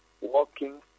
Walking